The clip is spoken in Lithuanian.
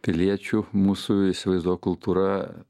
piliečių mūsų įsivaizduoja kultūra